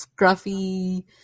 scruffy